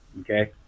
Okay